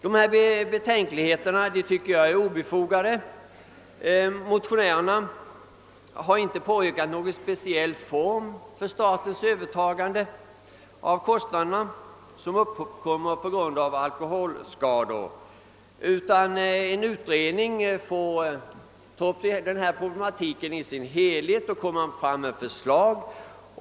Dessa betänkligheter anser jag obefogade. Motionärerna har inte påyrkat någon speciell form för statens övertagande av kostnader på grund av alkoholskador utan har begärt en utredning, som skall ta upp problematiken i dess helhet och avge förslag.